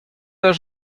eus